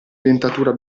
dentatura